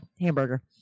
hamburger